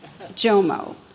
Jomo